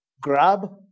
grab